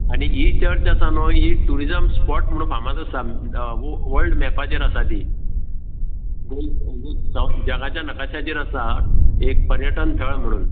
आनी ही चर्च आसा न्हू ही टुरिझम स्पॉट म्हुणू फामाद आसा वो वळ्ड मॅपाचेर आसा ती जगाच्या नकाशाचेर आसा एक पर्यटन थळ म्हुणून